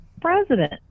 president